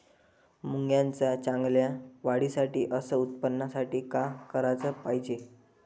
मुंगाच्या चांगल्या वाढीसाठी अस उत्पन्नासाठी का कराच पायजे?